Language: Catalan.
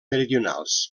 meridionals